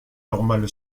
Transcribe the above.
normale